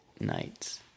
nights